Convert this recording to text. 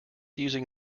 using